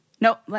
nope